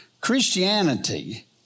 Christianity